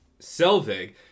Selvig